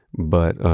but um,